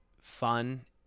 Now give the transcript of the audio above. fun